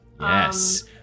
Yes